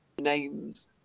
names